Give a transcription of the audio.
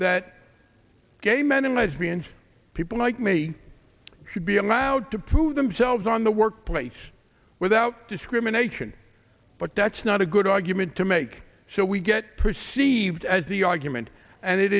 that gay men and lesbians people like me should be allowed to prove themselves on the workplace without discrimination but that's not a good argument to make sure we get perceived as the argument and it